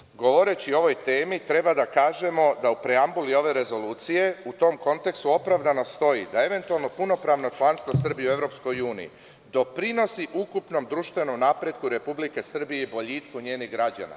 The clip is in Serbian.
Međutim, govoreći o ovoj temi treba da kažemo da u preambuli ove rezolucije, u tom kontekstu opravdano stoji da eventualno punopravno članstvo Srbije u EU doprinosi ukupnom društvenom napretku Republike Srbije i boljitku njenih građana.